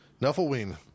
Nuffleween